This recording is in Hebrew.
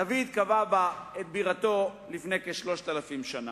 דוד קבע בה את בירתו לפני יותר מ-3,000 שנה.